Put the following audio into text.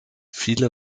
viele